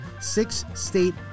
six-state